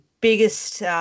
biggest